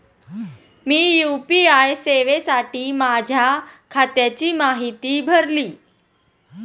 मी UPI सेवेसाठी माझ्या खात्याची माहिती भरली